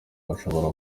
bashobora